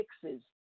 fixes